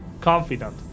confident